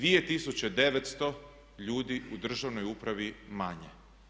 2900 ljudi u državnoj upravi manje.